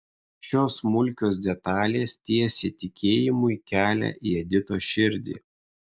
šios smulkios detalės tiesė tikėjimui kelią į editos širdį